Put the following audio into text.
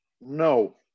No